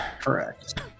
Correct